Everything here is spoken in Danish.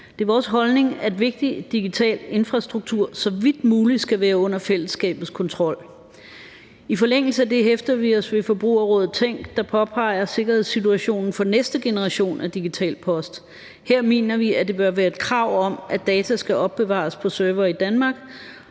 Det er vores holdning, at vigtig digital infrastruktur så vidt muligt skal være under fællesskabets kontrol. I forlængelse af det hæfter vi os ved Forbrugerrådet Tænk, der påpeger sikkerhedssituationen for næste generation af Digital Post. Her mener vi, at der bør være et krav om, at data skal opbevares på servere i Danmark,